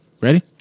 Ready